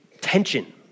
tension